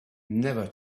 never